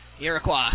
Iroquois